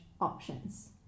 options